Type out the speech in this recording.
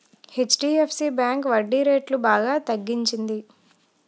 HDFC bank వడ్డీరేట్లు బాగా తగ్గించింది